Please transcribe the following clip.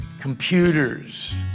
computers